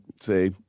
say